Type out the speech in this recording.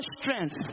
strength